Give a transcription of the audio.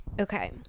Okay